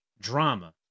drama